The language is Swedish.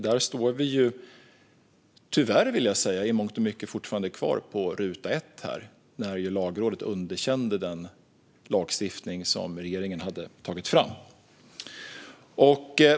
Där står vi - tyvärr, vill jag säga - i mångt och mycket kvar på ruta ett; Lagrådet underkände ju den lagstiftning som regeringen hade tagit fram.